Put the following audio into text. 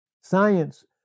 Science